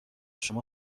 شما